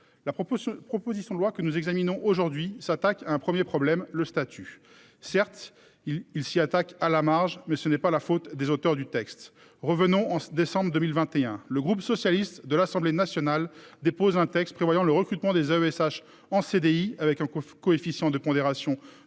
sur proposition de loi que nous examinons aujourd'hui s'attaque un premier problème le statut certes il il s'y attaque à la marge mais ce n'est pas la faute des auteurs du texte. Revenons en décembre 2021, le groupe socialiste de l'Assemblée nationale dépose un texte prévoyant le recrutement des AESH en CDI avec un coffre coefficient de pondération